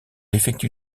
effectue